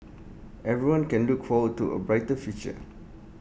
everyone can look forward to A brighter future